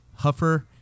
Huffer